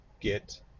get